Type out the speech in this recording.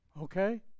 Okay